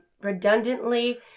redundantly